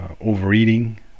overeating